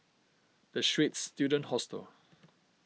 the Straits Students Hostel